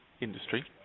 industry